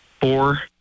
four